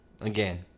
again